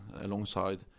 alongside